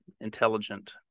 intelligent